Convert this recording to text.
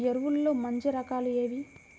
ఎరువుల్లో మంచి రకాలు ఏవి?